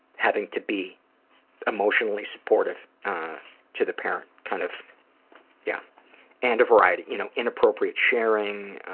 having to be emotionally supportive to the parent. kind of yeah and a variety you know inappropriate sharing.